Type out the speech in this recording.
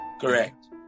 correct